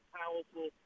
powerful